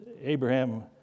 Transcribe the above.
Abraham